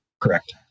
Correct